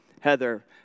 Heather